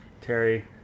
Terry